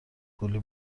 کلی